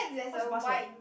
what's the password